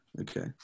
okay